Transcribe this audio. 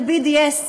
ל-BDS,